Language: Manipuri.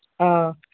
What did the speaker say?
ꯑꯥ